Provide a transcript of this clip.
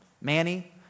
Manny